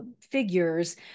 figures